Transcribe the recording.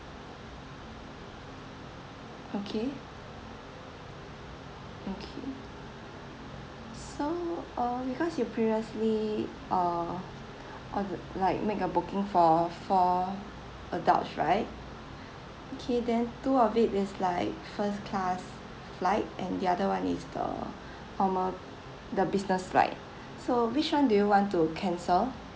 okay okay so uh because you previously uh ordered like make a booking for four adults right okay then two of it is like first class flight and the other one is the normal the business flight so which one do you want to cancel